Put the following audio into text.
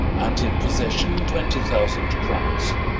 and in possession twenty thousand crowns.